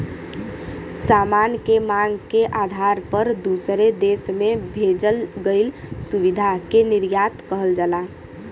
सामान के मांग के आधार पर दूसरे देश में भेजल गइल सुविधा के निर्यात कहल जाला